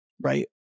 Right